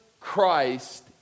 Christ